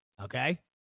Okay